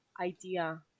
idea